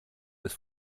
ist